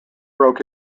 broke